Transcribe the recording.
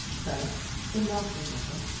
first the laughing letter,